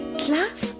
class